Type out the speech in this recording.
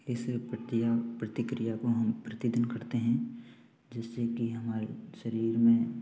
इसलिए प्रतिक्रिया प्रतिक्रिया को प्रतिदिन करते हैं जिससे कि हमारे शरीर में